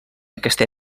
aquesta